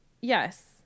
Yes